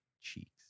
cheeks